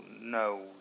no